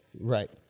right